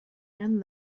and